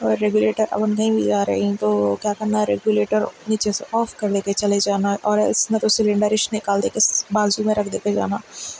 اور ریگولیٹر اگر نہیں مل رہا ہے کہیں تو کیا کرنا ہے ریگولیٹر نیچے سے آف کر لے کے چلے جانا اور اس میں تو سلنڈر اچ نکال دے کے بازو میں رکھ دے کے یہاں